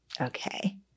Okay